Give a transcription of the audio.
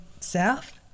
south